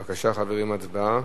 בבקשה, חברים, הצבעה.